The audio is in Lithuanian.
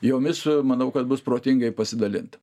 jomis manau kad bus protingai pasidalinta